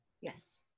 Yes